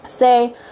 Say